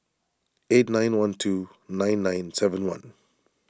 eight nine one two nine nine seven one